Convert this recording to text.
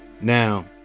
now